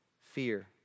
fear